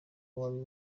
wari